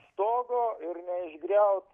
stogo ir neišgriaut